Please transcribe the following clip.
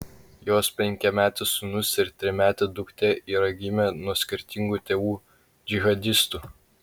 jos penkiametis sūnus ir trimetė duktė yra gimę nuo skirtingų tėvų džihadistų